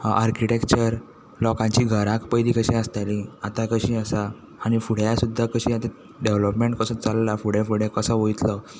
architecture लोकांची घरां पयलीं कशीं आसतालीं आतां कशीं आसा आनी फुडें सुद्दां कशीं आतां डेवीलोपमेंट कसो चललां फुडें फुडें कसो वयतलो